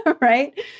right